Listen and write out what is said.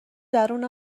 درون